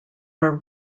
are